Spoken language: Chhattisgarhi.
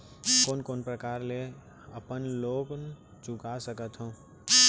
कोन कोन प्रकार ले मैं अपन लोन चुका सकत हँव?